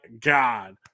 God